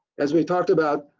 as we talked about,